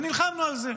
ונלחמנו על זה.